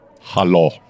Hello